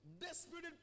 desperate